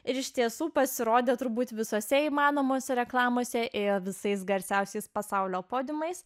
ir iš tiesų pasirodė turbūt visose įmanomose reklamose ėjo visais garsiausiais pasaulio podiumais